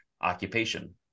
occupation